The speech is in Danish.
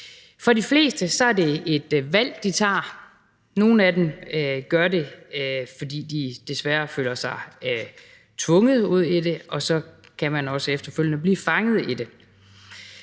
For de fleste er det et valg, de tager. Nogle af dem gør det, fordi de desværre føler sig tvunget ud i det, og så kan man også efterfølgende blive fanget i det.